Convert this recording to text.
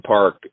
Park